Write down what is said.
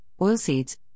oilseeds